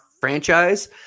franchise